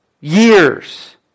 years